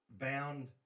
bound